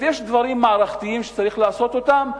זאת אומרת, יש דברים מערכתיים שצריך לעשות אותם.